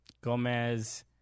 Gomez